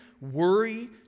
worry